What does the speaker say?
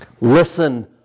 Listen